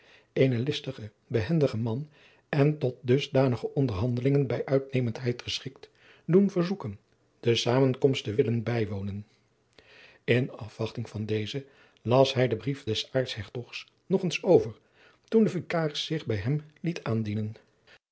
eenen listigen behendigen man en tot dusdanige onderhandelingen bij uitnemendheid geschikt doen verzoeken de samenkomst te willen bijwonen in afwachting van dezen las hij den brief des aartshertogs nog eens over toen de vicaris zich bij hem liet aandienen